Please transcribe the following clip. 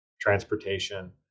transportation